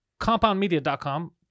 compoundmedia.com